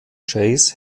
chase